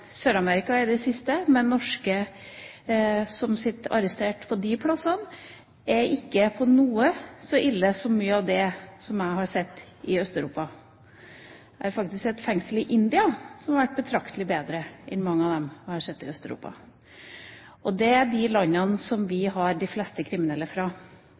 Sør-Amerika i det siste, med norske som sitter arrestert på de stedene, er ikke på noen måte så ille som mye av det som jeg har sett i Øst-Europa. Jeg har faktisk sett fengsel i India som har vært betraktelig bedre enn mange av dem jeg har sett i Øst-Europa. Og det er disse landene de fleste kriminelle her er fra.